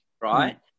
right